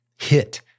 hit